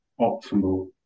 optimal